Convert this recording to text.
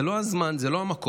זה לא הזמן, זה לא המקום.